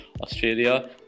Australia